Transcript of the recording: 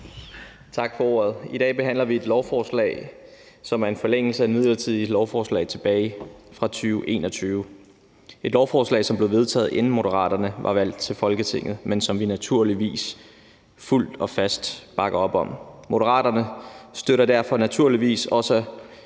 Tak for ordet. I dag behandler vi et lovforslag om forlængelse af en midlertidig lov tilbage fra 2021. Det er et lovforslag, som blev vedtaget, inden Moderaterne var valgt til Folketinget, men som vi naturligvis fuldt og fast bakker op om. Moderaterne støtter derfor naturligvis også